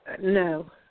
No